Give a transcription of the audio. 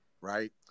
right